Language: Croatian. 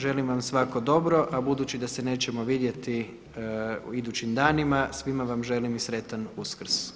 Želim vam svako dobro, a budući da se nećemo vidjeti u idućim danima svima vam želim i sretan Uskrs.